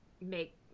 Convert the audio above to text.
make